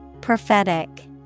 Prophetic